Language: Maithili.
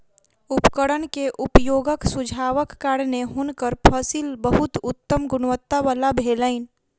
उपकरण के उपयोगक सुझावक कारणेँ हुनकर फसिल बहुत उत्तम गुणवत्ता वला भेलैन